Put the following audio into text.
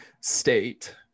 state